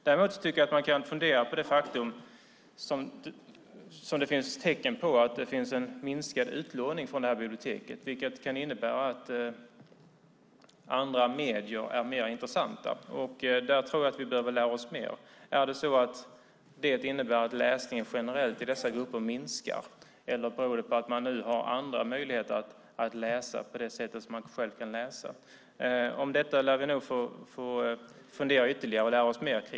Däremot kan man fundera på det faktum att det finns en minskad utlåning från detta bibliotek - det finns sådana tecken - vilket kan innebära att andra medier är mer intressanta. Där tror jag att vi behöver lära oss mer. Innebär det att läsningen i dessa grupper generellt minskar eller beror det på att man nu har andra möjligheter att läsa? Detta lär vi nog få fundera på ytterligare och lära oss mer om.